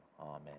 amen